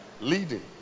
Leading